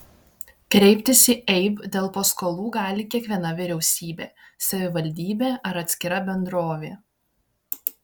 kreiptis į eib dėl paskolų gali kiekviena vyriausybė savivaldybė ar atskira bendrovė